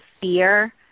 fear